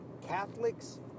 Catholics